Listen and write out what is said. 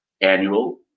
annual